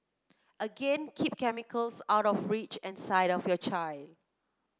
again keep chemicals out of reach and sight of your child